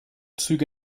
züge